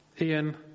Ian